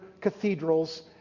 cathedrals